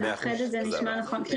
לאחד את זה נשמע נכון.